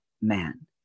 man